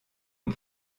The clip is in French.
aux